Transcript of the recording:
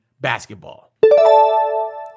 basketball